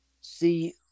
see